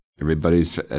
Everybody's